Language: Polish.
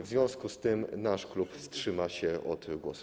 W związku z tym nasz klub wstrzyma się od głosu.